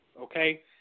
Okay